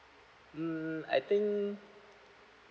mm I think